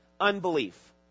Unbelief